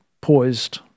poised